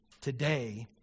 today